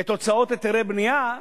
את תוצאות היתרי בנייה,